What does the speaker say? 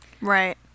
right